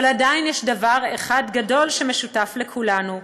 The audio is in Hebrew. אבל עדיין יש דבר אחד גדול שמשותף לכולנו,